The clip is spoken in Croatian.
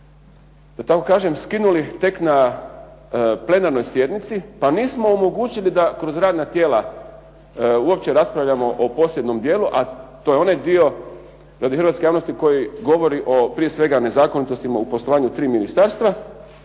da tako kažem, skinuli tek na plenarnoj sjednici pa nismo omogućili da kroz radna tijela uopće raspravljamo o posebnom dijelu, a to je onaj dio hrvatske javnosti koji govori prije svega o nezakonitostima u poslovanjima tri ministarstva